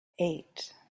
eight